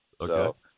Okay